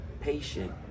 patient